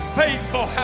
faithful